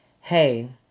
Hey